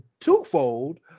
twofold